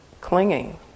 clinging